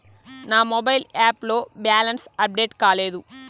నా mobile app లో balance update కాలేదు